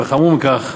וחמור מכך,